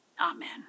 amen